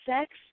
sex